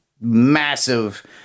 massive